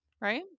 right